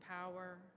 power